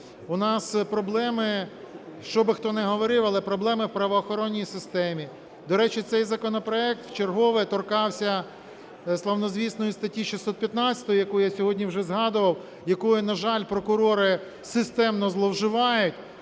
У нас проблеми, що би хто не говорив, але проблеми в правоохоронній системі. До речі, цей законопроект вчергове торкався славнозвісної статті 615, яку я сьогодні вже згадував, якою, на жаль, прокурори системно зловживають.